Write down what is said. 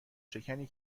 شکنی